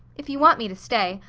if you want me to stay,